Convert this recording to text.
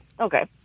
Okay